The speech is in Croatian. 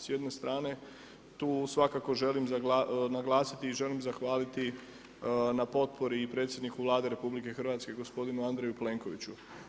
S jedne strane tu svakako želim naglasiti i želim zahvaliti na potpori i predsjedniku Vlade RH gospodin Andreju Plenkoviću.